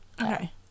Okay